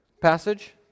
passage